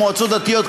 כמו מועצות דתיות,